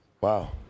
wow